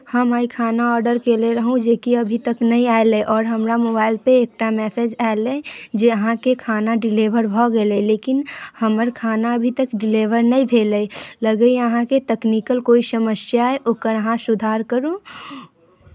हम आइ खाना ऑर्डर कयने रहौँ जे कि अभी तक नहि आयल अइ आओर हमरा मोबाइलपर एकटा मैसेज आयल अइ जे अहाँके खाना डिलिभर भऽ गेल अइ लेकिन हमर खाना एखन तक डिलिभर नहि भेल अइ लगैए अहाँके तक्निकल कोइ समस्या अइ ओकर अहाँ सुधार करू